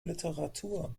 literatur